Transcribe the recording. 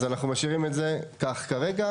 אז אנחנו משאירים את זה כך כרגע.